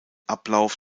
ablauf